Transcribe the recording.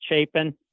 Chapin